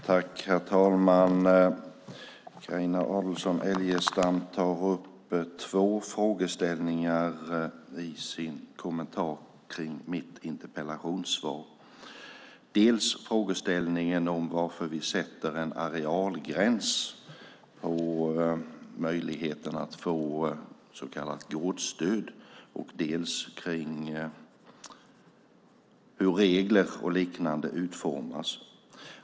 Herr talman! Carina Adolfsson Elgestam tog upp två frågor i sin kommentar till mitt interpellationssvar. Det gällde dels frågan om varför vi sätter en arealgräns på möjligheten att få så kallat gårdsstöd, dels frågan om hur regler och liknande utformas.